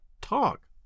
talk